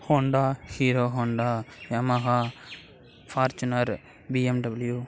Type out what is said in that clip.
Honda Hero Honda Yamaha Fortuner BMW